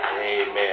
Amen